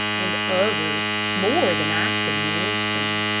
and others, more than i could mention.